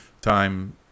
time